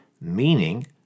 meaning